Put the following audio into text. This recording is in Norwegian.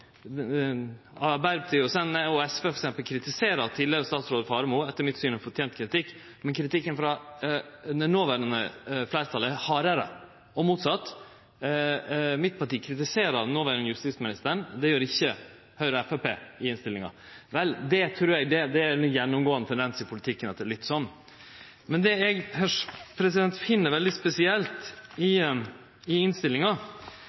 Arbeidarpartiet og SV tidlegare statsråd Faremo, etter mitt syn ein fortent kritikk, men kritikken frå det noverande fleirtalet er hardare. Og motsett: Mitt parti kritiserer den noverande justisministeren. Det gjer ikkje Høgre og Framstegspartiet i innstillinga. Vel, eg trur det er ein gjennomgåande tendens i politikken at det har vorte sånn. Men det eg finn veldig spesielt i innstillinga,